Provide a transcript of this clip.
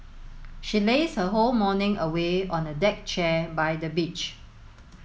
she lazed her whole morning away on the deck chair by the beach